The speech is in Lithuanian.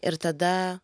ir tada